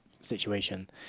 situation